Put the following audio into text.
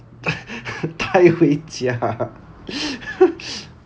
带回家